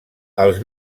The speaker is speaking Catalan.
els